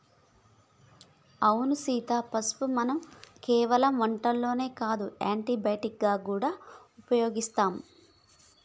అవును సీత పసుపుని మనం కేవలం వంటల్లోనే కాదు యాంటీ బయటిక్ గా గూడా ఉపయోగిస్తాం